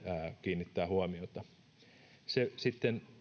kiinnittää huomiota sitten